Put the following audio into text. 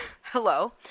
Hello